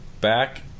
back